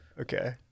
okay